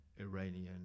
Iranian